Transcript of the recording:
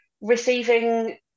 receiving